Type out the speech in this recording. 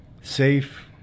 Safe